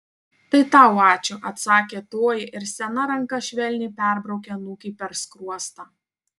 tai tau ačiū atsakė toji ir sena ranka švelniai perbraukė anūkei per skruostą